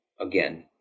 again